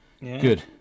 Good